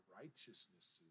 righteousness